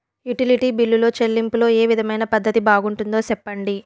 Utility బిల్లులో చెల్లింపులో ఏ విధమైన పద్దతి బాగుంటుందో సెప్పండి?